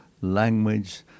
language